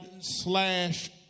slash